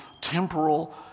temporal